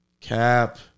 Cap